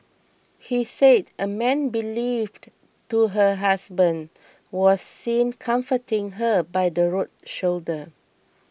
he said a man believed to her husband was seen comforting her by the road shoulder